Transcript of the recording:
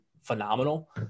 phenomenal